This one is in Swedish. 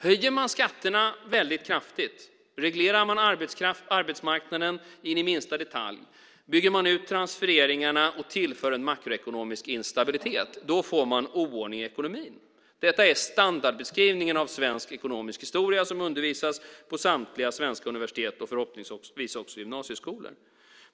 Höjer man skatterna väldigt kraftigt, reglerar man arbetsmarknaden in i minsta detalj, bygger man ut transfereringarna och tillför en makroekonomisk instabilitet får man oordning i ekonomin. Detta är standardbeskrivningen av svensk ekonomisk historia som undervisas på samtliga svenska universitet och förhoppningsvis också i gymnasieskolorna.